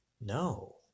no